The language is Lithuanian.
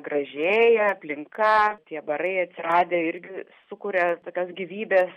gražėja aplinka tie barai atsiradę irgi sukuria tokios gyvybės